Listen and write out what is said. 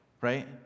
right